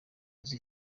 nzu